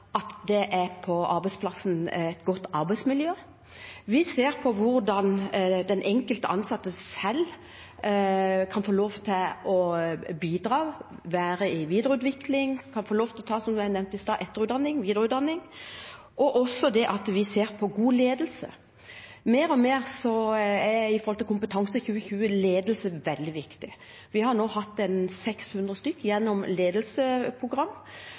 at det er et godt arbeidsmiljø på arbeidsplassen. Vi ser på hvordan den enkelte ansatte selv kan få lov til å bidra, være i videreutvikling og få lov til – som jeg nevnte i stad – å ta videreutdanning. Og vi ser også på god ledelse. Når det gjelder Kompetanseløft 2020, er ledelse mer og mer viktig. Vi har nå hatt 600 gjennom